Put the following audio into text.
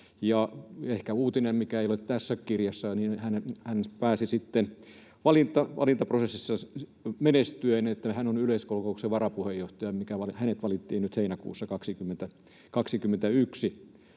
ehkä uutisena, mikä ei ole tässä kirjassa, hän pääsi sitten valintaprosessissa menestyen yleiskokouksen varapuheenjohtajaksi. Hänet valittiin nyt heinäkuussa 2021.